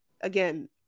again